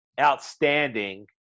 outstanding